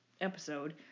episode